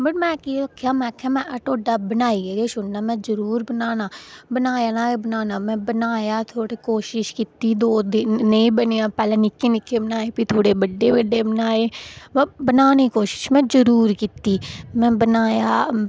but में केह् आखेआ में ढोड्डा बनाइयै गै छुड़ना जरूर बनाना बनाया में बनाना बनाया थोह्ड़ी कोशिश कीती दौं दिन नेईं बनेआ पैह्लें निक्के निक्के बनाए प्ही थोह्ड़े बड्डे बड्डे बनाए बा बनाने दी कोशिश में जरूर कीती में बनाया